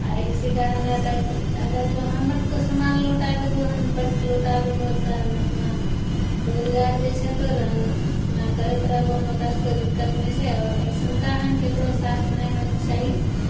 आओर इसी कारण या तऽ अगर जँ हमर तऽ सामान लौटा देबौहन पर्स लौटा देबौ तहन अपना रोजगार जे छै तोरा अपना करैत रहबौ हन ओकरा से कोइ दिक्कत नहि छै आओर अइसन काहन ककरो साथ नहि होइके चाही